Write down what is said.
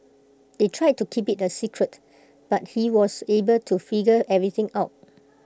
they tried to keep IT A secret but he was able to figure everything out